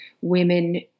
women